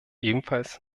ebenfalls